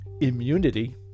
immunity